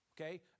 Okay